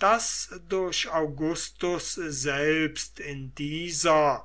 daß durch augustus selbst in dieser